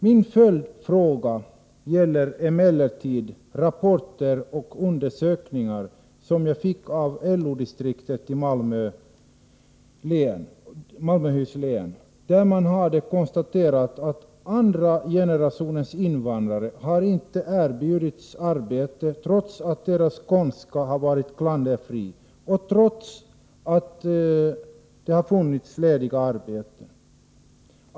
Min följdfråga gäller emellertid rapporter och undersökningar som jag fått av LO-distriktet i Malmöhus län, där man har konstaterat att andra generationens invandrare inte har erbjudits arbete trots att deras skånska har varit klanderfri och trots att det funnits lediga arbeten.